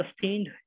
sustained